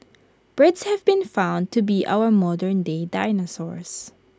birds have been found to be our modernday dinosaurs